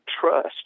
trust